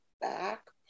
back